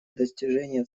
достижения